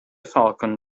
falcon